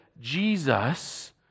Jesus